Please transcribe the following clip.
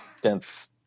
dense